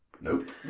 Nope